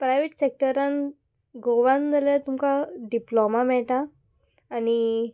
private सेक्टरान गोवान जाल्यार तुमकां डिप्लोमा मेळटा आनी